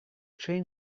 train